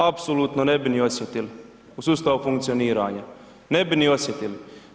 Apsolutno ne bi ni osjetili u sustavu funkcioniranja, ne bi ni osjetili.